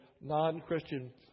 non-Christian